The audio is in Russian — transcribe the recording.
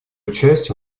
участие